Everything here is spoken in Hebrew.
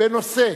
בנושא: